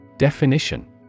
Definition